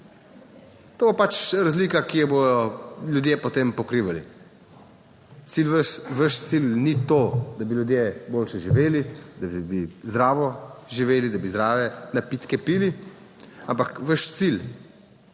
To bo pač razlika, ki jo bodo ljudje potem pokrivali. Vaš cilj ni to, da bi ljudje bolje živeli, da bi zdravo živeli, da bi zdrave napitke pili, ampak vaš cilj